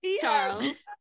Charles